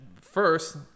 first